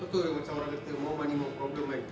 kau tahu macam orang kata more money more problem kan